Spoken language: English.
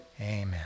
Amen